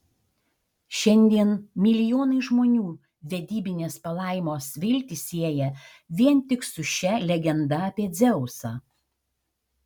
šiandien milijonai žmonių vedybinės palaimos viltį sieja vien tik su šia legenda apie dzeusą